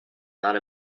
not